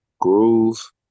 Groove